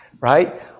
right